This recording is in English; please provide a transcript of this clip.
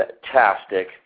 fantastic